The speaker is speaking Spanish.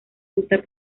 gusta